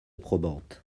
probante